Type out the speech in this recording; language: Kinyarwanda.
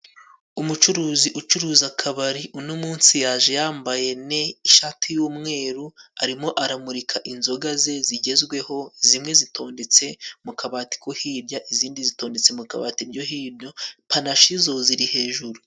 Umucuruzi ucuruza akabari uno munsi yaje yambaye ne, ishati y'umweru, arimo aramurika inzoga ze zigezweho, zimwe zitondetse mu kabati ko hijya, izindi zitondetse mu kabati ryo hino, panashi zo ziri hejuru.